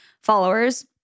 followers